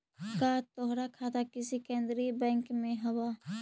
का तोहार खाता किसी केन्द्रीय बैंक में हव